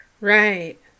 Right